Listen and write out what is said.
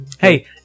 Hey